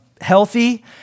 healthy